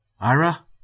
Ira